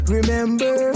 Remember